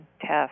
test